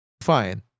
fine